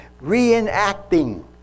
reenacting